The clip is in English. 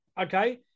Okay